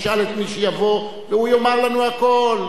נשאל את מי שיבוא והוא יאמר לנו הכול,